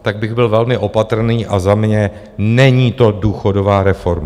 Tak bych byl velmi opatrný a za mě není to důchodová reforma.